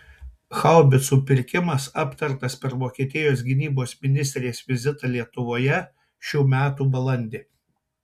haubicų pirkimas aptartas per vokietijos gynybos ministrės vizitą lietuvoje šių metų balandį